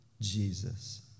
Jesus